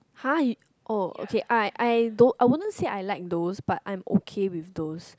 !huh! you oh okay I I don't I wouldn't say I like those but I am okay with those